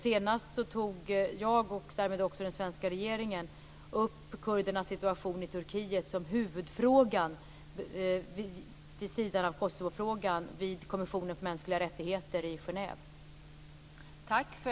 Senast tog jag, och därmed även den svenska regeringen, upp kurdernas situation i Turkiet som huvudfråga, vid sidan av Kosovofrågan, vid Kommissionen för mänskliga rättigheter i Genève.